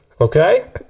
Okay